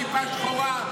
כיפה שחורה,